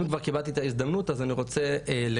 אם כבר קיבלתי את ההזדמנות אז אני רוצה לגנות,